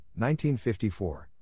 1954